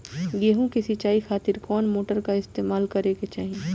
गेहूं के सिंचाई खातिर कौन मोटर का इस्तेमाल करे के चाहीं?